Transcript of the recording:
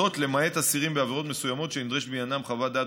למעט אסירים בעבירות מסוימות שנדרשת בעניינן חוות דעת